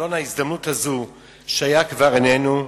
חלון ההזדמנות הזה שהיה, כבר איננו.